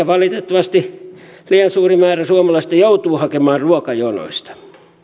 valitettavasti liian suuri määrä suomalaisista joutuu hakemaan ruokajonoista